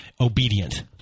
obedient